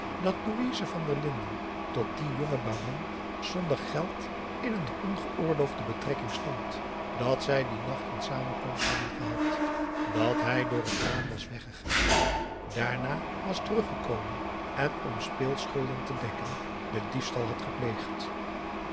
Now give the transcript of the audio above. dat louise van der linden tot dien jongen baron zonder geld in een ongeoorloofde betrekking stond dat zij dien nacht een samenkomst hadden gehad dat hij door het raam was weggegaan daarna was teruggekomen en om speelschulden te dekken den diefstal had gepleegd